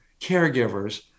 caregivers